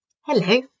Hello